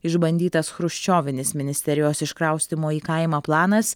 išbandytas chruščiovinis ministerijos iškraustymo į kaimą planas